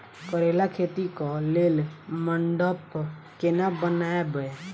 करेला खेती कऽ लेल मंडप केना बनैबे?